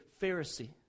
pharisee